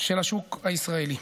של השוק הישראלי.